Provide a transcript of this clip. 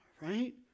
Right